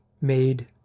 made